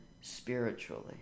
spiritually